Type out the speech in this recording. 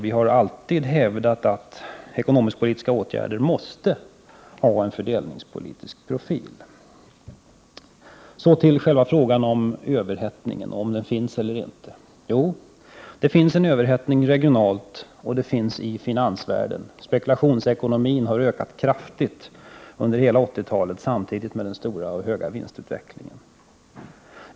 Vi har alltid hävdat att det när det gäller ekonomisk-politiska åtgärder behövs en fördelningspolitisk profil. Så till frågan om huruvida det existerar en överhettning eller inte. Jo, det finns en överhettning — både regionalt och i finansvärlden. Spekulationsekonomin har ökat kraftigt under hela 80-talet. Samtidigt har vi haft en kraftig vinstutveckling.